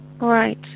Right